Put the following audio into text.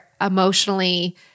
emotionally